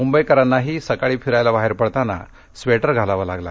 मुंबईकरांनाही सकाळी फिरायला बाहेर पडताना स्वेटर घालावा लागला